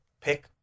pick